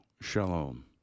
shalom